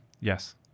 Yes